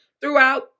throughout